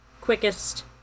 quickest